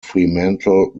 fremantle